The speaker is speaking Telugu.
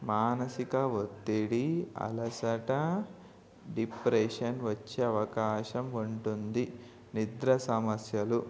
మానసిక ఒత్తిడి అలసట డిప్రెషన్ వచ్చే అవకాశం ఉంటుంది నిద్ర సమస్యలు